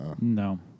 No